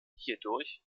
hierdurch